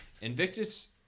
Invictus